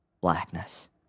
blackness